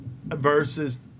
versus